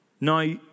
Now